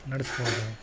ನಡೆಸ್ಬೋದು